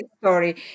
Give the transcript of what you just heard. story